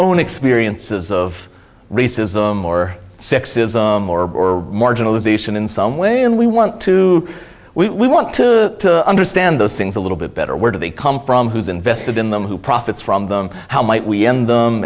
own experiences of racism or sexism or marginalization in some way and we want to we want to understand those things a little bit better where do they come from who's invested in them who profits from them how might we end them